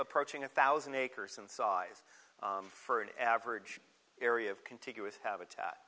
approaching a thousand acres in size for an average area of contiguous habitat